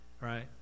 right